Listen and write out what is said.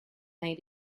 may